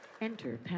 Enter